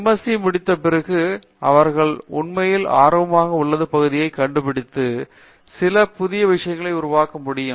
SC முடித்த பிறகு அவர்கள் உண்மையில் ஆர்வமாக உள்ள பகுதியை கண்டுபிடித்து சில புதிய விஷயங்களை உருவாக்க முடியும்